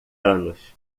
anos